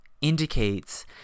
indicates